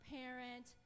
parent